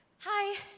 Hi